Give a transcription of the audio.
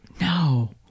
no